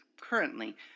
currently